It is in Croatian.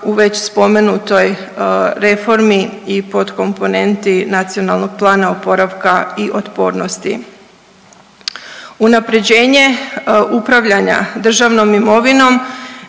u već spomenutoj reformi i pod komponenti Nacionalnog plana oporavka i otpornosti. Unapređenje upravljanja državnom imovinom